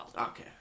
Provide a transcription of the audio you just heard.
Okay